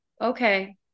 okay